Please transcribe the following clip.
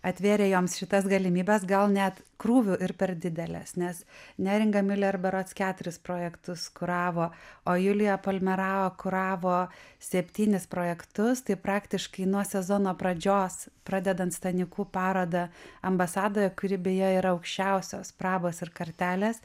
atvėrė joms šitas galimybes gal net krūviu ir per dideles nes neringa miler berods keturis projektus kuravo o julija palmerao kuravo septynis projektus tai praktiškai nuo sezono pradžios pradedant stanikų paroda ambasadoje kuri beje yra aukščiausios prabos ir kartelės